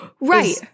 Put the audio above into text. right